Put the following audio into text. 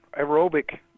aerobic